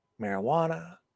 marijuana